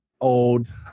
old